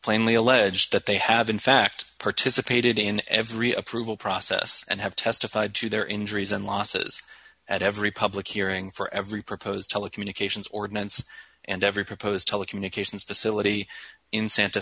plainly allege that they have in fact participated in every approval process and have testified to their injuries and losses at every public hearing for every proposed telecommunications ordinance and every proposed telecommunications facility in santa